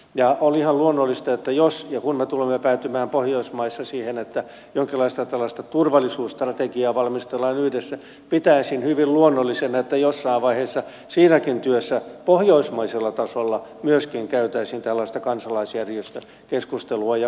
pitäisin hyvin luonnollisena että jos ja kun me tulemme päätymään pohjoismaissa siihen että jonkinlaista turvallisuusstrategiaa valmistellaan yhdessä niin jossain vaiheessa siinäkin työssä pohjoismaisella tasolla myöskin käytäisiin tällaista kansalaisjärjestökeskustelua ja kuulemista